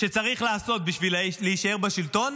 שצריך לעשות בשביל להישאר בשלטון